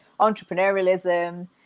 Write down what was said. entrepreneurialism